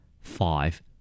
Five